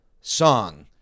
song